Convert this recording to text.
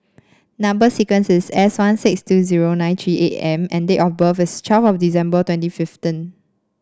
number sequence is S one six two zero nine three eight M and date of birth is twelve of December twenty fifteen